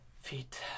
feet